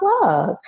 blog